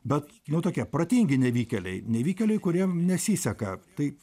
bet nu tokie protingi nevykėliai nevykėliai kuriem nesiseka taip